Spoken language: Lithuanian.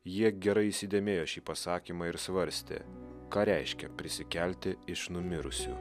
jie gerai įsidėmėjo šį pasakymą ir svarstė ką reiškia prisikelti iš numirusių